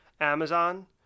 Amazon